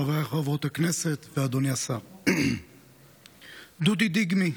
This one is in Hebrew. חברי וחברות הכנסת ואדוני השר, דודי דיגמי,